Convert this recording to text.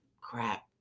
crap